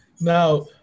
now